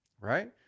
right